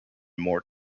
more